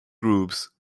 groups